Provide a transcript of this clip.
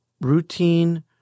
routine